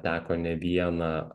teko ne vieną